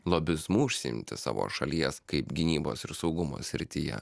lobizmu užsiimti savo šalies kaip gynybos ir saugumo srityje